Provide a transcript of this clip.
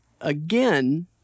again